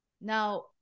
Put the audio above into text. now